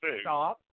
stop